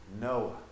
Noah